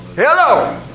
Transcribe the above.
Hello